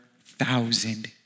thousand